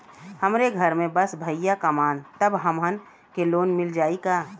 हमरे घर में बस भईया कमान तब हमहन के लोन मिल जाई का?